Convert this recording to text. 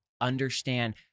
understand